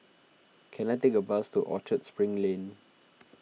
can I take a bus to Orchard Spring Lane